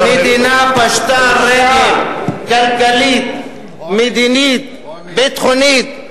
מדינה פשטה רגל, כלכלית, מדינית, ביטחונית.